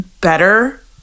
better